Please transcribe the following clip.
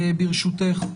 ברשותך.